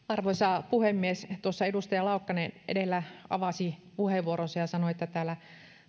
arvoisa puhemies tuossa edustaja laukkanen edellä avasi puheenvuoronsa ja sanoi että täällä